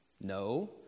No